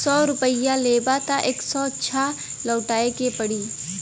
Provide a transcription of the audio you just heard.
सौ रुपइया लेबा त एक सौ छह लउटाए के पड़ी